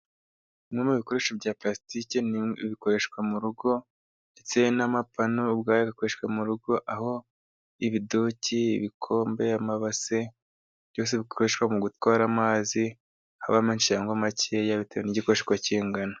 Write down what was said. Bimwe mu bikoresho bya plastiki bikoreshwa mu rugo, ndetse n'amapanu ubwayo akoreshwa mu rugo, aho ibiduki, ibikombe, amabase byose bikoreshwa mu gutwara amazi, aba menshi cyangwa makeya bitewe n'igikoresho uko kingana.